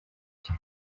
nshya